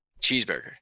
cheeseburger